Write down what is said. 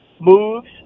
moves